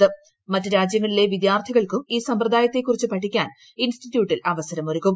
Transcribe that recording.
പുറത് മറ്റ് രാജ്യങ്ങളിലെ വിദ്യാർത്ഥികൾക്കും ഈ സമ്പ്രദായത്തെക്കുറിച്ച് പഠിക്കാൻ ഇൻസ്റ്റിറ്റ്യൂട്ടിൽ അവസരമൊരുക്കും